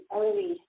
early